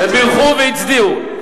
ובירכו והצדיעו.